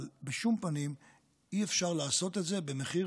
אבל בשום פנים אי-אפשר לעשות את זה במחיר